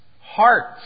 hearts